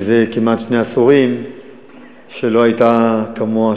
מזה כמעט שני עשורים שלא הייתה כמוה,